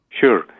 Sure